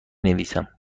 نویسم